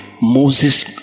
Moses